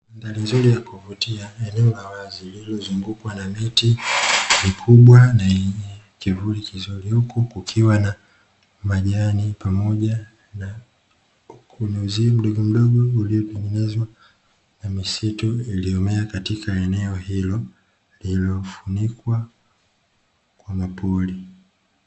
Mandhari nzuri ya kuvutia, eneo la wazi lililozungukwa na miti mikubwa na yenye kivuli kizuri, huku kukiwa na majani pamoja na kuna uzio mdogomdogo uliotengenezwa na misitu iliyomea katika eneo hilo lililofunikwa kwa mapori.